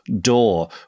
Door